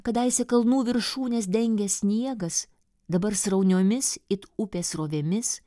kadaise kalnų viršūnes dengęs sniegas dabar srauniomis it upės srovėmis